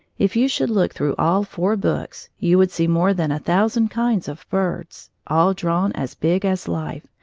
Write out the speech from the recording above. if you should look through all four books, you would see more than a thousand kinds of birds, all drawn as big as life,